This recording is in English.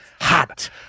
hot